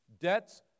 Debts